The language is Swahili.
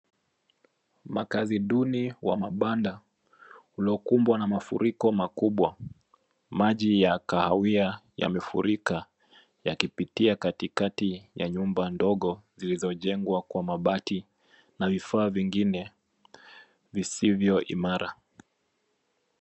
Makazi duni wa mabanda ulokumbwa na mafuriko makubwa. Maji ya kahawia yamefurika yakipitia katikati ya nyumba ndogo zilizojengwa kwa mabati na vifaa vingine visivyo imara.